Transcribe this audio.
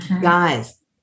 Guys